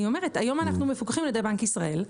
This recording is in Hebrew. היום אנחנו מפוקחים על ידי בנק ישראל,